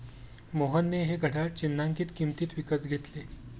मोहनने हे घड्याळ चिन्हांकित किंमतीत विकत घेतले